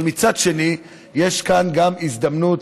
אבל מצד שני יש כאן גם הזדמנות,